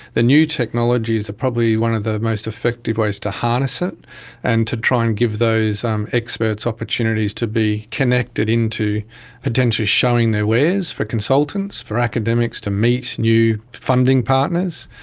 the new technologies are probably one of the most effective ways to harness it and to try and give those um experts opportunities to be connected into potentially showing their wares for consultants, for academics to meet new funding partners,